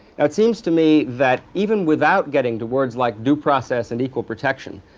it seems to me that even without getting the words like due process and equal protection,